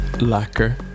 Lacquer